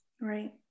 Right